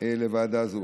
לוועדה זו.